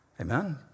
Amen